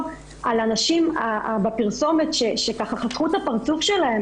על הנשים שבפרסומת שככה חתכו את הפרצוף שלהם